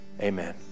Amen